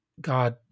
God